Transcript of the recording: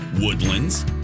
woodlands